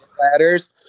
ladders